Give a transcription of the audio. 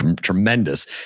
tremendous